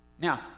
Now